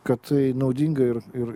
kad tai naudinga ir ir